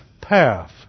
path